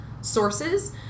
sources